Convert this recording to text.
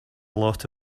lot